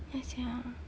ya sia